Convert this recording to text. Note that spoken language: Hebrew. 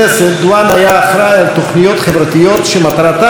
דואן היה אחראי לתוכניות חברתיות שמטרתן הייתה